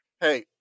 Hey